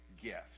gift